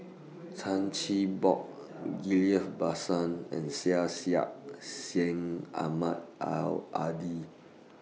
Chan Chin Bock Ghillie BaSan and Syed Syed Sing Ahmad Al Hadi